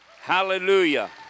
hallelujah